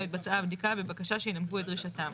התבצעה הבדיקה בבקשה שינמקו את דרישתם.